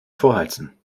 vorheizen